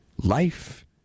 life